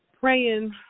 praying